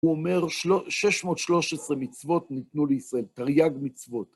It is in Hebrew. הוא אומר 613 מצוות ניתנו לישראל, תרי״ג מצוות.